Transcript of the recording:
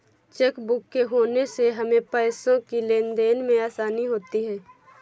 chequebook के होने से हमें पैसों की लेनदेन में आसानी होती हैँ